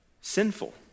sinful